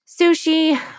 sushi